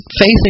Faith